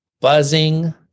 buzzing